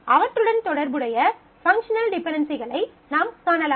அவற்றுடன் தொடர்புடைய பங்க்ஷனல் டிபென்டென்சிகளை நாம் காணலாம்